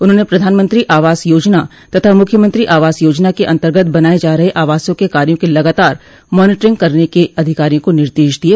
उन्होंने प्रधानमंत्री आवास योजना तथा मूख्यमंत्री आवास योजना के अन्तर्गत बनाये जा रहे आवासों के कार्यो की लगातार मानीटरिंग करने के अधिकारियों को निर्देश दिये